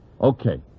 Okay